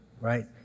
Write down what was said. right